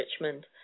Richmond